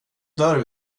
dör